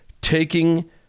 taking